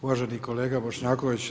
Uvaženi kolega Bošnjaković.